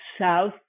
south